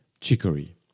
chicory